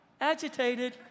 agitated